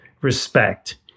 respect